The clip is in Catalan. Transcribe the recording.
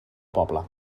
poble